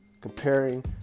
comparing